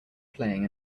playing